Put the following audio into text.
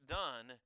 done